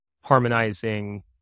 harmonizing